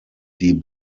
die